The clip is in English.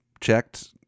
checked